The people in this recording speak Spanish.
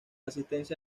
asistencia